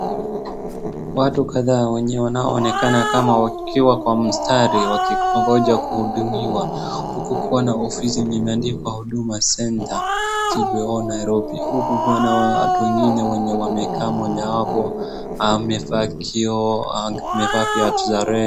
Watu kadhaa wenye wanaonekana kama wakiwa kwa mstari wakiongoja kuhudumiwa huku kukiwa na ofisi yenye imeandikwa Huduma Center GPO Nairobi. Huku kuna watu wengine wenye wamekaa mojawapo amevaa kioo, amevaa viatu za red .